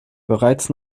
bereits